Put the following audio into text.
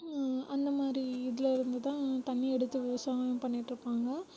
அந்தமாதிரி இதில் இருந்து தான் தண்ணீர் எடுத்து விவசாயம் பண்ணிட்டிருப்பாங்க